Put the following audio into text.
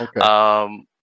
Okay